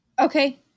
Okay